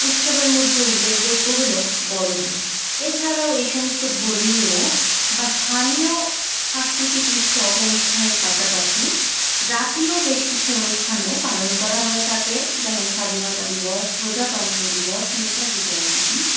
উৎসবের মধ্যে উল্লেখযোগ্য হল বড়দিন এছাড়াও এই সমস্ত ধর্মীয় বা স্থানীয় সাংস্কৃতিক উৎসব অনুষ্ঠানের পাশাপাশি জাতীয় বেশ কিছু অনুষ্ঠানও পালন করা হয়ে থাকে যেমন স্বাধীনতা দিবস প্রজাতন্ত্র দিবস নেতাজী জয়ন্তী